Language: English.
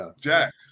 Jack